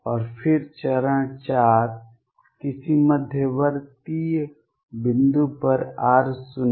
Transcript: और फिर चरण 4 किसी मध्यवर्ती बिंदु पर r शून्य